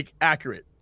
accurate